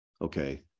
okay